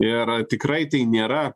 ir tikrai tai nėra